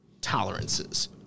tolerances